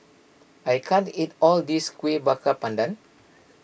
I can't eat all of this Kueh Bakar Pandan